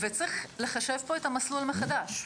ויש לחשב פה את המסלול מחדש.